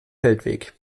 feldweg